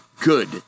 good